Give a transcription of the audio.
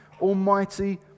almighty